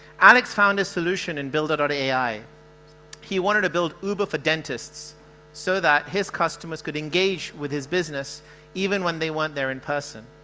alex found a solution and builded on ai he wanted to build luba for dentists so that his customers could engage with his business even when they weren't there in person